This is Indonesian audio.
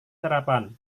sarapan